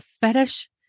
fetish